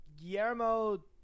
Guillermo